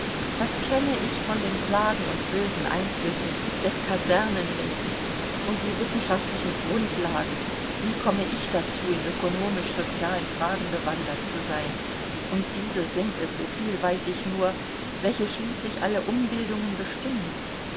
was kenne ich von den plagen und bösen einflüssen des kasernenlebens und die wissenschaftlichen grundlagen wie komme ich dazu in ökonomisch sozialen fragen bewandert zu sein und diese sind es so viel weiß ich nur welche schließlich alle umbildungen bestimmen